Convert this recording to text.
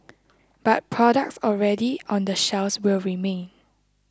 but products already on the shelves will remain